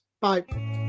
Bye